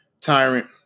Tyrant